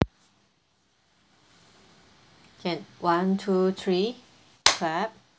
can one two three clap